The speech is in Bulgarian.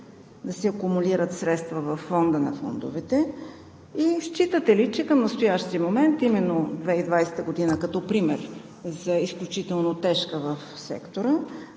да се акумулират средства във Фонда на фондовете и считате ли, че към настоящия момент именно 2020 г. като пример за изключително тежка в сектора,